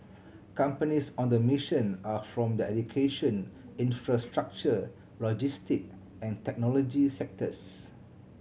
companies on the mission are from the education infrastructure logistic and technology sectors